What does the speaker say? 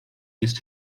jest